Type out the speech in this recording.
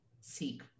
seek